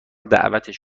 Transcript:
دعوتش